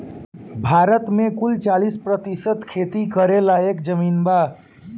भारत मे कुल चालीस प्रतिशत खेती करे लायक जमीन बा